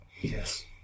Yes